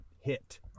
hit